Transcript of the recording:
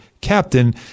captain